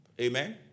Amen